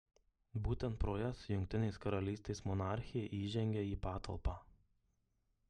būtent pro jas jungtinės karalystės monarchė įžengia į patalpą